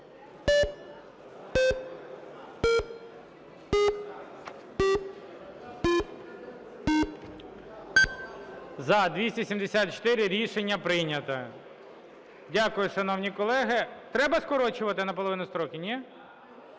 За-274 Рішення прийнято. Дякую, шановні колеги. Треба скорочувати наполовину строки, ні?